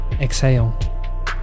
exhale